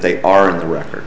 they are on the record